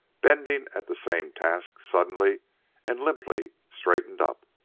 bending at the same task, suddenly and limply straightened up.